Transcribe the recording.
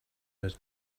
had